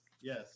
yes